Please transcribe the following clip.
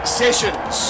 sessions